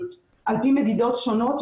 על פי מדינות שונות,